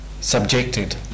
subjected